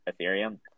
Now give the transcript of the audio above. Ethereum